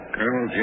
Colonel